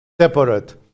separate